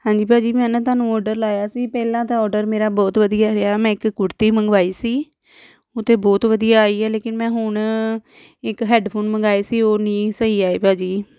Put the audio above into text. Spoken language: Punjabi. ਹਾਂਜੀ ਭਾਅ ਜੀ ਮੈਂ ਨਾ ਤੁਹਾਨੂੰ ਔਡਰ ਲਾਇਆ ਸੀ ਪਹਿਲਾਂ ਤਾਂ ਔਡਰ ਮੇਰਾ ਬਹੁਤ ਵਧੀਆ ਰਿਹਾ ਮੈਂ ਇੱਕ ਕੁੜਤੀ ਮੰਗਵਾਈ ਸੀ ਉਹ ਤਾਂ ਬਹੁਤ ਵਧੀਆ ਆਈ ਹੈ ਲੇਕਿਨ ਮੈਂ ਹੁਣ ਇੱਕ ਹੈਡਫੋਨ ਮੰਗਵਾਏ ਸੀ ਉਹ ਨਹੀਂ ਸਹੀ ਆਏ ਭਾਅ ਜੀ